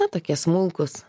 na tokie smulkūs